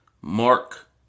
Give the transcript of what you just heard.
Mark